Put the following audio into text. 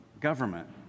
government